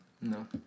No